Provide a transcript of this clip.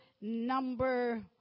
number